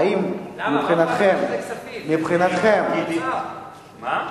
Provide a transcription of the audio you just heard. האם מבחינתכם, למה?